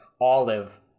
Olive